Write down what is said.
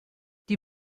die